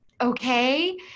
okay